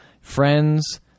friends